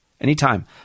anytime